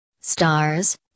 Stars